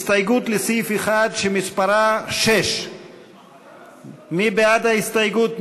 הסתייגות לסעיף 1 שמספרה 6. מי בעד ההסתייגות?